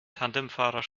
tandemfahrer